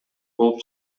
болуп